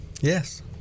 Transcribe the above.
Yes